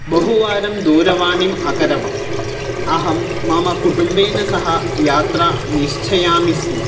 बहुवारं दूरवाणिम् अकरवम् अहं मम कुटुम्बेन सह यात्रा निश्चयामि स्म